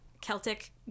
Celtic